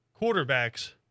quarterbacks